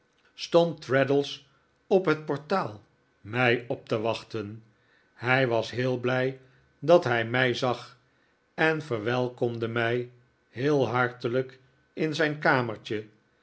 stond traddles op het portaal mij op te wachten hij was heel blij dat hij mij zag en verwelkomde mij heel hartelijk in zijn kamertje